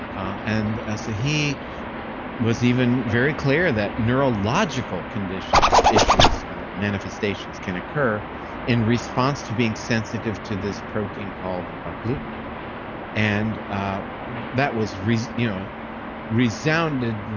ah and he was even very clear that neurological conditions issues manifestations can occur in response to being sensitive to this protein called ah gluten and ah that was was you know resounded,